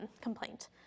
complaint